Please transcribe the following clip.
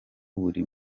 buri